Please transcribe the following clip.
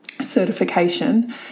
certification